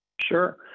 Sure